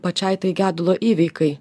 pačiai tai gedulo įveikai